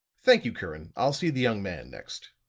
thank you. curran, i'll see the young man next.